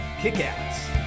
kick-ass